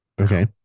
Okay